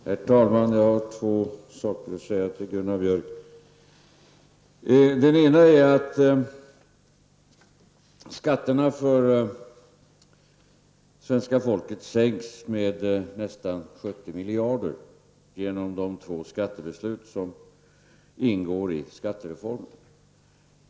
Herr talman! Jag har två saker att säga till Gunnar Björk. Den ena är att skatterna för svenska folket sänks med nästan 70 miljarder kronor genom de två skattebeslut som ingår i skattereformen.